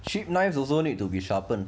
cheap knives also need to be sharpened